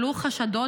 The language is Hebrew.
עלו חשדות,